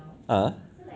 ah